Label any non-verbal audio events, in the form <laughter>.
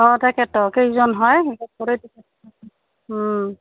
অঁ তাকেটো কেইজন হয় <unintelligible>